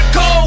go